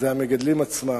המגדלים עצמם.